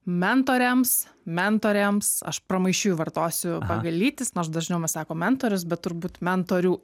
mentoriams mentoriams aš pramaišiui vartosiu lytis nors dažniau mes sakom mentorius bet turbūt mentorių